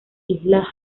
islas